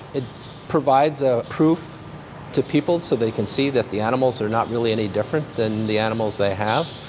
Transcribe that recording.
it provides a proof to people, so they can see that the animals are not really any different than the animals they have.